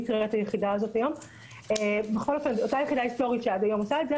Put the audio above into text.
כך הוא נקרא אבל זו אותה יחידה היסטורית שעד היום עושה את זה